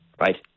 Right